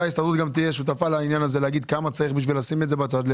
אולי גם ההסתדרות תהיה שותפה לזה ותגיד כמה צריך כדי לשים בצד.